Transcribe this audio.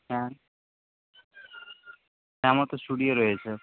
হ্যাঁ হ্যাঁ আমার তো স্টুডিও রয়েছে